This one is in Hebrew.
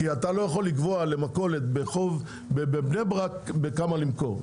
אתה לא יכול לקבוע למכולת בבני ברק בכמה למכור.